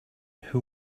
who